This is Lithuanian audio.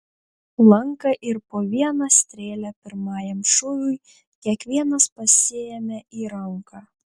lanką ir po vieną strėlę pirmajam šūviui kiekvienas pasiėmė į ranką